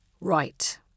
Right